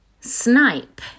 Snipe